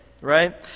right